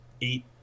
eight